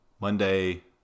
Monday